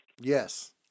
Yes